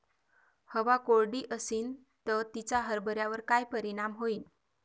हवा कोरडी अशीन त तिचा हरभऱ्यावर काय परिणाम होईन?